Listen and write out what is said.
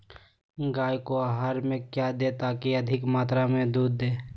गाय को आहार में क्या दे ताकि अधिक मात्रा मे दूध दे?